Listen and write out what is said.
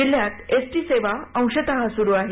जिल्ह्यात S T सेवा अंशत सुरु आहे